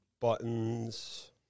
buttons